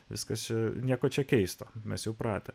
viskas čia nieko čia keista mes įpratę